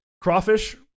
crawfish